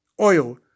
oil